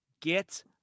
get